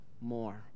more